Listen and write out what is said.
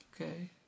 okay